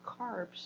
carbs